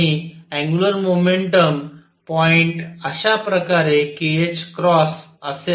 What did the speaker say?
आणि angular momentum point अशा प्रकारे kℏअसू शकते